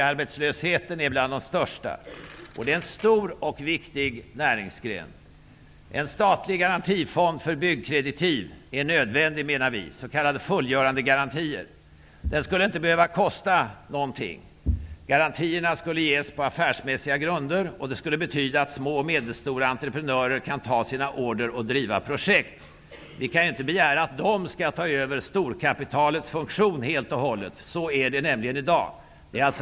Arbetslösheten är som störst inom bl.a. byggsektorn, och det är en stor och viktig näringsgren. En statlig garantifond för byggkreditiv, s.k. fullgörandegarantier, är nödvändig, menar vi. Den skulle inte behöva kosta någonting garantierna skulle ges på affärsmässiga grunder. Det skulle betyda att små och medelstora entreprenörer kan ta sina order och driva projekt. Vi kan ju inte begära att de skall ta över storkapitalets funktion helt och hållet. Så är det nämligen i dag.